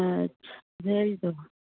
अच्छा भेज देबहऽ